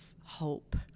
hope